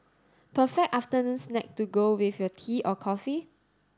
perfect afternoon snack to go with your tea or coffee